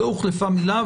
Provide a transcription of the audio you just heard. לא הוחלפה מילה,